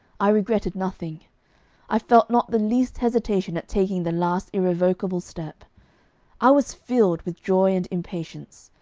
i regretted nothing i felt not the least hesitation at taking the last irrevocable step i was filled with joy and impatience.